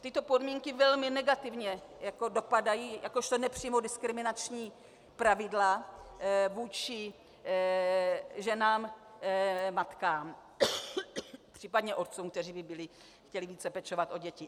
Tyto podmínky velmi negativně dopadají jakožto nepřímá diskriminační pravidla vůči ženám matkám, případně otcům, kteří by chtěli pečovat o děti.